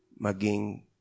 maging